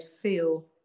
feel